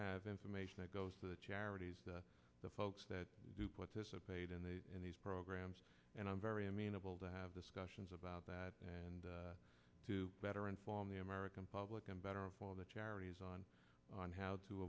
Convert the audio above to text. have information that goes to the charities the folks that do participate in the in these programs and i'm very amenable to have discussions about that and to better inform the american public and better of all the charities on on how to